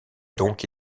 donc